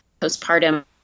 postpartum